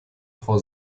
frau